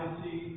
see